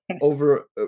over